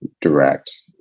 direct